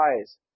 eyes